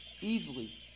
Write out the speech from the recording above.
Easily